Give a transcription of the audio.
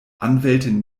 anwältin